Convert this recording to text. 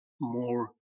more